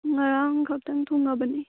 ꯉꯔꯥꯡ ꯈꯛꯇꯪ ꯊꯨꯡꯉꯕꯅꯦ